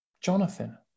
Jonathan